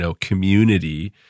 community